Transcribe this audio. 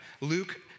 Luke